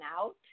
out